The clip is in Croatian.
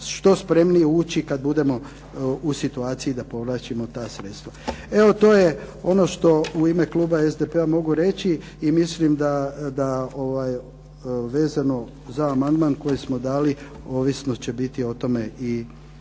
što spremnije ući kada budemo u toj situaciji da povlačimo ta sredstva. Evo to je ono što u ime kluba SDP-a mogu reći i mislim vezano za amandman koji smo dali ovisno će biti o tome naše